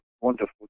wonderful